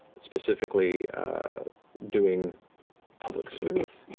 specifically doing public service.